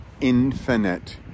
infinite